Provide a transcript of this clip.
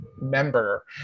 member